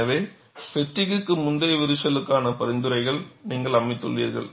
எனவே பெட்டிக்க்கு முந்தைய விரிசலுக்கான பரிந்துரைகளை நீங்கள் அமைத்துள்ளீர்கள்